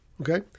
okay